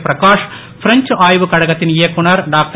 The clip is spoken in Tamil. பிரகாஷ் பிரெஞ்ச் ஆய்வுக் கழகத்தின் இயக்குநர் டாக்டர்